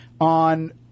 on